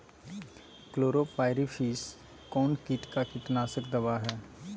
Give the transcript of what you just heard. Chlorpyrifos कौन किट का कीटनाशक दवा है?